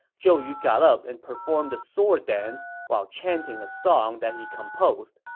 zhou yu got up and performed a sword dance while chanting a song that he composed.